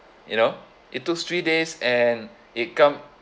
you know it tooks three days and it come